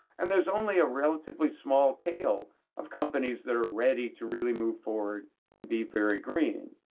and there's only a relatively small tale of companies that are ready to really move forward and be very green.